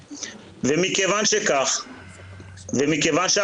11:08. התכנסנו היום לקיים דיון על פי